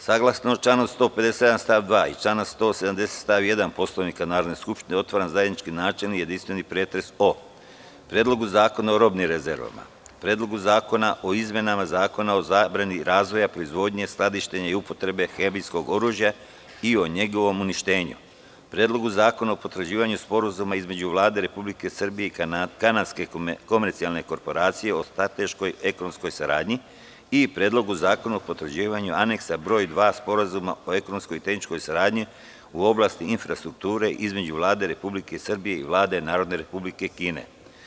Saglasno članu 157. stav 2. i članu 170. stav 1. Poslovnika Narodne skupštine, otvaram zajednički načelni i jedinstveni pretres o Predlogu zakona o robnim rezervama; Predlogu zakona o izmenama Zakona o zabrani razvoja proizvodnje, skladištenja i upotrebe hemijskog oružja i o njegovom uništenju; Predlogu zakona o potvrđivanju Sporazuma između Vlade Republike Srbije i Kanadske komercijalne korporacije o strateškoj ekonomskoj saradnji; Predlogu zakona o potvrđivanju Aneksa br 2 Sporazuma o ekonomskoj i tehničkoj saradnji u oblasti infrastrukture između Vlade Republike Srbije i Vlade Narodne Republike Kine.